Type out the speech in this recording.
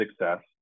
success